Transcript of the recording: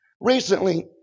Recently